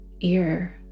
Ear